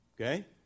Okay